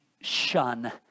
shun